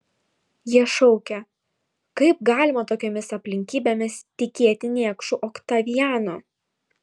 jie šaukė kaip galima tokiomis aplinkybėmis tikėti niekšu oktavianu